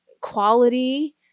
quality